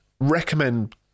Recommend